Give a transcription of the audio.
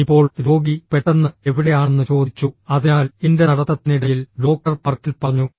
ഇപ്പോൾ രോഗി പെട്ടെന്ന് എവിടെയാണെന്ന് ചോദിച്ചു അതിനാൽ എന്റെ നടത്തത്തിനിടയിൽ ഡോക്ടർ പാർക്കിൽ പറഞ്ഞു